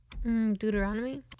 deuteronomy